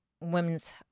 Women's